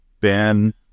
Ben